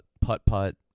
putt-putt